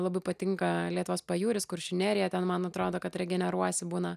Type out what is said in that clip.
labai patinka lietuvos pajūris kuršių nerija ten man atrodo kad regeneruojasi būna